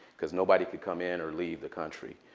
because nobody could come in or leave the country.